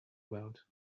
about